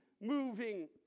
moving